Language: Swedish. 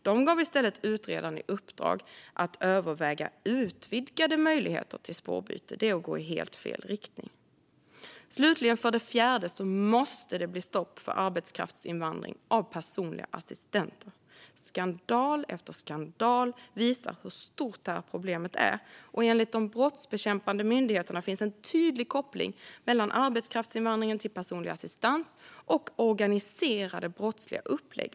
De gav i stället utredaren i uppdrag att överväga utvidgade möjligheter till spårbyte. Det är att gå i helt fel riktning. Slutligen, för det fjärde, måste det bli stopp för arbetskraftsinvandring av personliga assistenter. Skandal efter skandal visar hur stort problemet är, och enligt de brottsbekämpande myndigheterna finns en tydlig koppling mellan arbetskraftsinvandringen till personlig assistans och organiserade brottsliga upplägg.